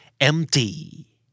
Empty